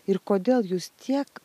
ir kodėl jūs tiek